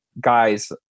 guys